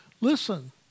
listen